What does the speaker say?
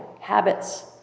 habits